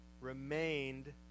remained